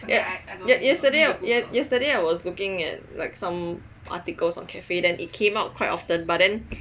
yesterday yesterday I was looking at like some articles on cafe then it came out quite often but then